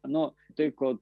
nu tai ko